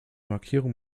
markierung